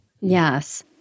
Yes